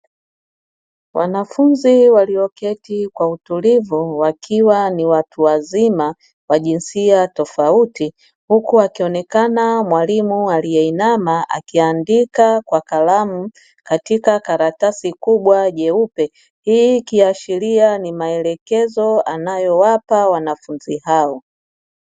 Wanafunzi walioketi kwa utulivu wakiwa ni watu wazima wa jinsia tofauti, hukua akionekana mwalimu aliyeinama akiandika kwa kalamu katika karatasi kubwa jeupe. Hii ikiashiria ni maelekezo anayowapa wanafunzi hao.